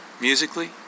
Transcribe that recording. musically